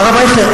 הרב אייכלר,